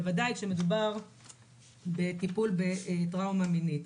בוודאי כשמדובר בטיפול בטראומה מינית.